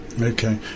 Okay